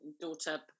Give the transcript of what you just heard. daughter